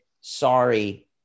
sorry